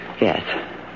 Yes